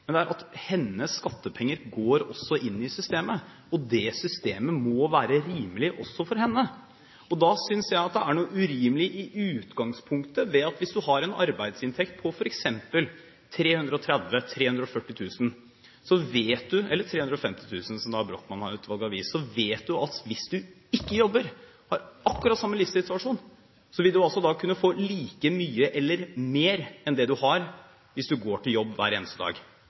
Men hennes skattepenger går også inn i systemet, og det systemet må være rimelig også for henne. Da synes jeg det i utgangspunktet er noe urimelig at hvis du har en arbeidsinntekt på f.eks. 330 000, 340 000 eller 350 000 kr, som Brochmann-utvalget har vist til, vet du at hvis du ikke jobber, og har akkurat samme livssituasjon, vil du kunne få like mye eller mer enn det du har hvis du går på jobb hver eneste dag.